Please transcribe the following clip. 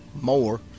more